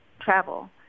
travel